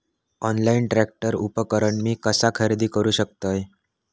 Online tractor उपकरण मी कसा खरेदी करू शकतय?